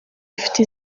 bifite